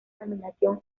nominación